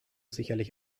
sicherlich